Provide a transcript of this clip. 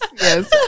yes